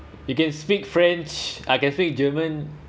you can speak french I can speak german